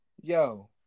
Yo